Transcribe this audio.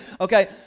Okay